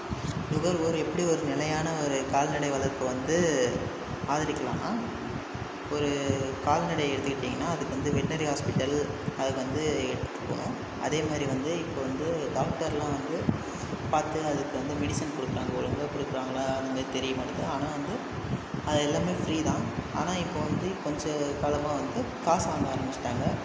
நுகர்வோர் எப்படி ஒரு நிலையான ஒரு கால்நடை வளர்ப்பு வந்து ஆதரிக்கலாம்னா ஒரு கால்நடை எடுத்துக்கிட்டீங்கன்னால் அதுக்கு வந்து வெட்னரி ஹாஸ்பிட்டல் அதுக்கு வந்து எடுத்துட்டு போகணும் அதே மாதிரி வந்து இப்போ வந்து டாக்டர்லாம் வந்து பார்த்து அதுக்கு வந்து மெடிசன் கொடுக்குறாங்க ஒழுங்காக கொடுக்குறாங்களா அதுமாரி தெரிய மாட்டுன்து ஆனால் வந்து அது எல்லாமே ஃபிரீதான் ஆனால் இப்போ வந்து கொஞ்ச காலமாக வந்து காசு வாங்க ஆரம்பிச்சிட்டாங்கள்